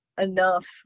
enough